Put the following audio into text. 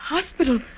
Hospital